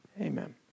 Amen